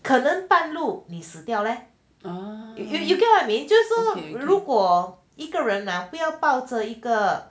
可能半路你掉 leh you you get what I mean 就是说如果一个人来不要抱着一个